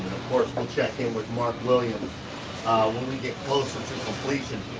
course, we'll check in with mark williams when we get closer to completion.